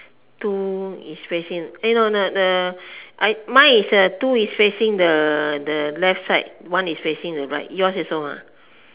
two is facing eh no no no the mine is a two is facing the left side one is facing the right side yours also ah